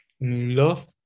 Love